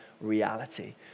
reality